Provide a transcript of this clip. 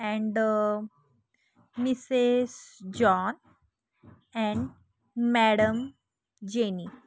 and Mrs John and madam jenny